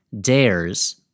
dares